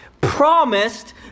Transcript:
promised